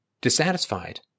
dissatisfied